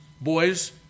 Boys